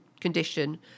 condition